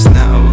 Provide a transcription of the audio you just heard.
now